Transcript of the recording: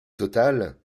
total